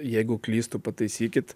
jeigu klystu pataisykit